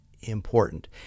important